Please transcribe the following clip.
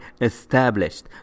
established